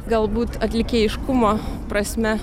galbūt atlikėjiškumo prasme